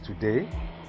today